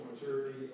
maturity